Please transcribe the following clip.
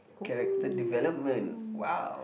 character development !wow!